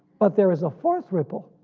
but there is a fourth ripple,